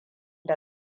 da